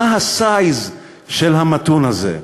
מה ה-size של המתון הזה?